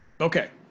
Okay